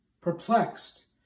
Perplexed